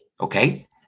okay